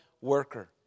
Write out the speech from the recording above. worker